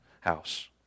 house